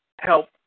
help